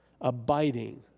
Abiding